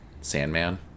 Sandman